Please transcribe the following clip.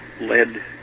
led